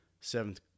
seventh